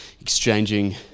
exchanging